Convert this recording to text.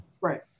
Right